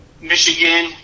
michigan